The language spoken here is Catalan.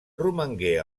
romangué